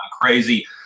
crazy